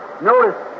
Notice